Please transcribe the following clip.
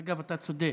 אגב, אתה צודק.